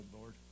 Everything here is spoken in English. Lord